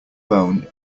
bone